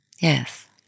Yes